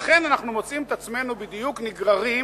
לכן אנחנו מוצאים את עצמנו בדיוק נגררים